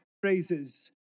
phrases